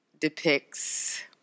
depicts